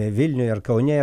vilniuje ar kaune